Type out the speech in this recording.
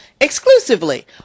exclusively